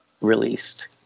released